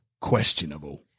questionable